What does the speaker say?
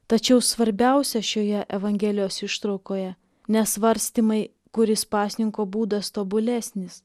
tačiau svarbiausia šioje evangelijos ištraukoje ne svarstymai kuris pasninko būdas tobulesnis